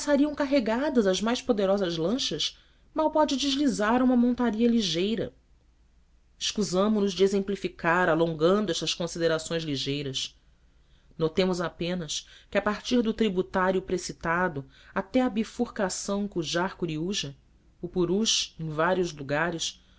passariam carregadas as mais poderosas lanchas mal pode deslizar uma montaria ligeira escusamo nos de exemplificar alongando estas considerações ligeiras notemos apenas que a partir do tributário precitado até à bifurcação cujar curiúja o purus em vários lugares